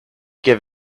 give